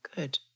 Good